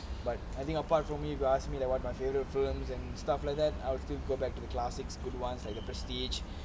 but I think apart from me if you ask me like what my favourite films and stuff like then I will still go back to the classics good ones like the prestige